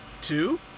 Two